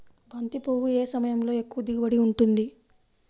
బంతి పువ్వు ఏ సమయంలో ఎక్కువ దిగుబడి ఉంటుంది?